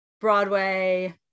Broadway